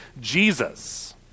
Jesus